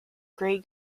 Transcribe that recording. grey